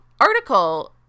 article